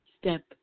step